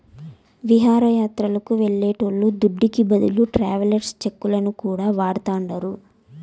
విహారయాత్రలు వెళ్లేటోళ్ల దుడ్డుకి బదులు ట్రావెలర్స్ చెక్కులను కూడా వాడతాండారు